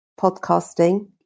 podcasting